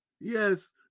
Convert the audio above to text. Yes